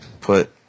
put